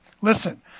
Listen